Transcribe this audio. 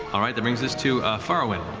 all right, that brings us to farriwen.